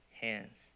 hands